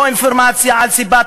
ללא מידע או אינפורמציה על סיבת,